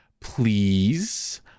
please